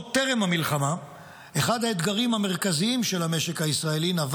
עוד טרם המלחמה אחד האתגרים המרכזיים של המשק הישראלי נבע